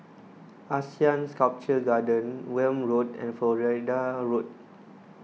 Asean Sculpture Garden Welm Road and Florida Road